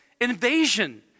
invasion